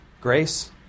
grace